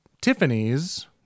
Tiffany's